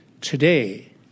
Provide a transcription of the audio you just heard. Today